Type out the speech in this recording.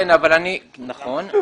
נכון.